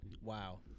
Wow